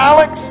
Alex